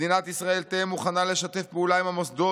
מדינת ישראל תהא מוכנה לשתף פעולה עם המוסדות